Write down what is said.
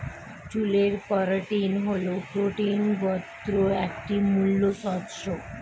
চুলের কেরাটিন হল প্রোটিন গোত্রের একটি মূল সদস্য